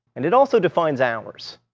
and it also defines ours.